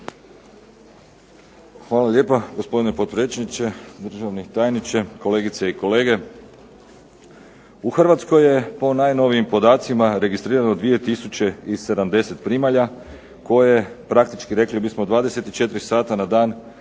Hvala lijepa gospodine potpredsjedniče, državni tajniče, kolegice i kolege. U Hrvatskoj je po najnovijim podacima registrirano 2070 primalja koje praktički rekli bismo 24 sata na dan skrbe